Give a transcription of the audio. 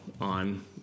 on